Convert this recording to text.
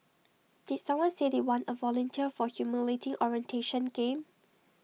did someone say they want A volunteer for A humiliating orientation game